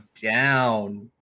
down